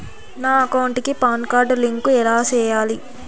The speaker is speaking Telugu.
నా అకౌంట్ కి పాన్ కార్డు లింకు ఎలా సేయాలి